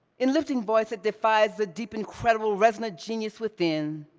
in lifting voice that defies the deep, incredible, resonant genius within,